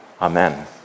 Amen